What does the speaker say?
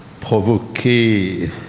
provoquer